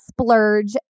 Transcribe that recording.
splurge